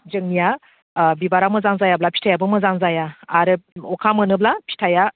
जोंनिया बिबारा मोजां जायाब्ला फिथाइआबो मोजां जाया आरो अखा मोनोब्ला फिथाइआ